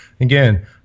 again